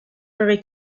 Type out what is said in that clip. very